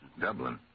Dublin